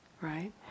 right